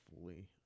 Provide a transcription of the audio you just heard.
fully